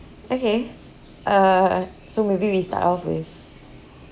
okay uh so maybe we start off with